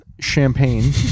Champagne